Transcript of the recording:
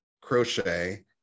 Crochet